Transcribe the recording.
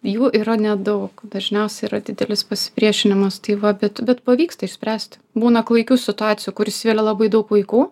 jų yra nedaug dažniausiai yra didelis pasipriešinimas tai va bet bet pavyksta išspręsti būna klaikių situacijų kur įsivelia labai daug vaikų